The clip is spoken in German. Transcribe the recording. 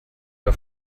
auf